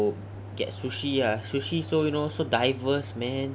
me ah I will get sushi sushi you know sushi so diverse man